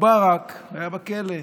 ומובארכ היה בכלא,